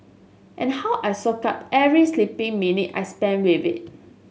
and how I soak up every sleeping minute I spend with it